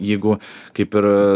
jeigu kaip ir